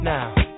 Now